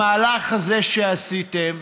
המהלך הזה שעשיתם,